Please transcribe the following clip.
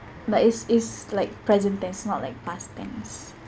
but it's it's like present tense not like past tense